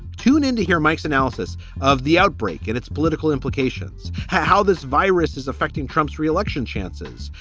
tune in to hear mike's analysis of the outbreak and its political implications. how this virus is affecting trump's re-election chances.